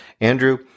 Andrew